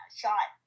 shot